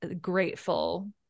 grateful